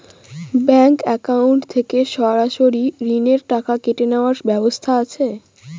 Bank account থেকে সরাসরি ঋণের টাকা কেটে নেওয়ার ব্যবস্থা আছে?